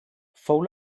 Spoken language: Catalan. fou